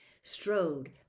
strode